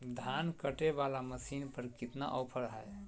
धान कटे बाला मसीन पर कितना ऑफर हाय?